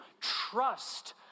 trust